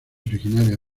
originaria